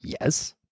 Yes